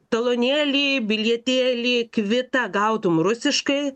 talonėlį bilietėlį kvitą gautum rusiškai